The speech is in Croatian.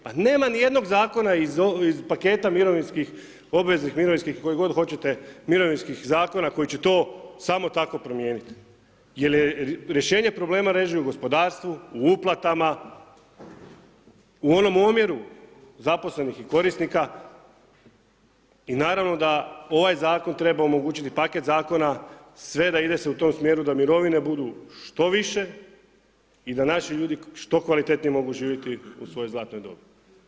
Pa nema nijednog zakona iz paketa mirovinskih, obveznih mirovinskih, koji god hoćete mirovinskih zakona koji će to samo tako promijenit jer rješenje problema leži u gospodarstvu, u uplatama, u onom omjeru zaposlenih korisnika i naravno da ovaj zakon treba omogućiti paket zakona, sve da ide se u tom smjeru da mirovine budu što više i da naši ljudi što kvalitetnije mogu živjeti u svojoj zlatnoj dobi.